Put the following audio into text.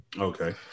Okay